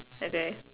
okay